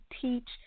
teach